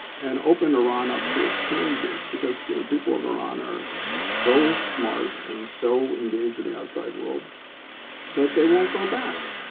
and open iran up so it changes, because um people of iran are so smart and so engaged with the outside world that they won't go back.